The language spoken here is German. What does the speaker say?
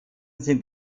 sind